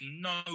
no